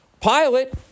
Pilot